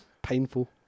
Painful